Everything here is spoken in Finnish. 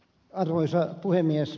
arvoisa puhemies